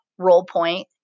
Rollpoint